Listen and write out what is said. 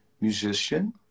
musician